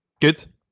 Good